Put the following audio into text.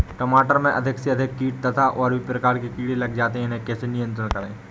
टमाटर में अधिक से अधिक कीट तथा और भी प्रकार के कीड़े लग जाते हैं इन्हें कैसे नियंत्रण करें?